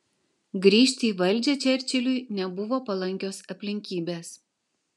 grįžti į valdžią čerčiliui nebuvo palankios aplinkybės